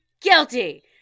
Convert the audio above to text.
guilty